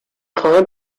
خواهمم